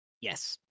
Yes